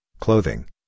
clothing